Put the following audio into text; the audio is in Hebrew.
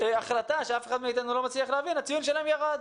החלטה שאף אחד לא מצליח להבין הציון שלהם ירד.